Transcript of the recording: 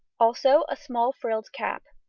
also a small frilled cap.